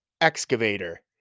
Excavator